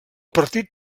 partit